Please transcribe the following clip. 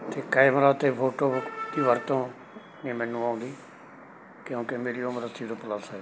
ਅਤੇ ਕੈਮਰਾ 'ਤੇ ਫੋਟੋ ਵਰਤੋਂ ਨਹੀਂ ਮੈਨੂੰ ਆਉਂਦੀ ਕਿਉਂਕਿ ਮੇਰੀ ਉਮਰ ਅੱਸੀ ਤੋਂ ਪਲਸ ਹੈ